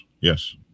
yes